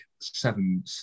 seven